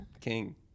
King